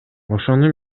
ошону